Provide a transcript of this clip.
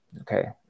Okay